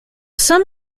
some